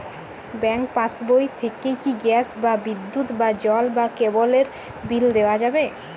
Bank পাশবই থেকে কি গ্যাস বা বিদ্যুৎ বা জল বা কেবেলর বিল দেওয়া যাবে?